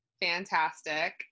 Fantastic